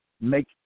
Make